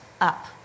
up